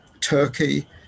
Turkey